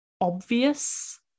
obvious